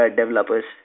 developers